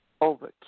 over